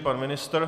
Pan ministr?